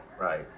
right